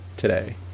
Today